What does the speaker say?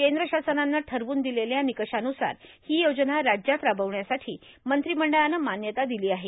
कद्र शासनानं ठरवून र्दलेल्या र्मनकषान्सार हां योजना राज्यात रार्बावण्यासाठी मंत्रिमंडळानं मान्यता ादलां आहे